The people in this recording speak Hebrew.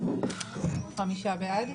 חמישה בעד.